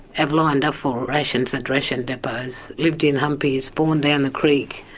have lined up for rations at ration depots, lived in humpies, born down the creek,